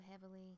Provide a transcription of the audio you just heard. heavily